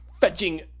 fetching